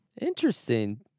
interesting